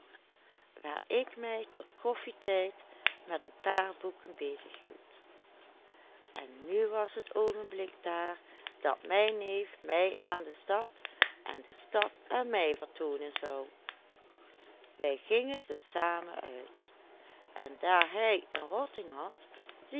waar ik mij tot koffietijd met een paar boeken bezighield en nu was het oogenblik daar dat mijn neef mij aan de stad en de stad aan mij vertoonen zou wij gingen dus samen uit en daar hij een rotting had